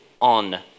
on